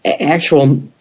actual